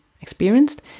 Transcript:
experienced